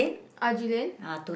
Haji-Lane